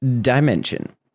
Dimension